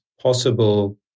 possible